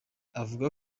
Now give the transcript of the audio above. avuga